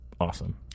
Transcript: awesome